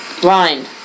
Blind